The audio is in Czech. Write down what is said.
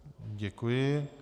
Děkuji.